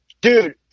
dude